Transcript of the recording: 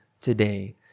today